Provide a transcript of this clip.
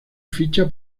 ficha